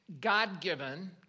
God-given